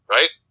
Right